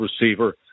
receiver